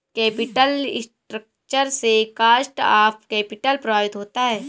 capital structure से cost of capital प्रभावित होता है